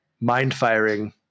Mind-firing